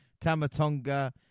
Tamatonga